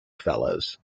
fellows